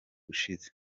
ushize